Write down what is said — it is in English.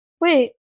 wait